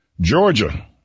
Georgia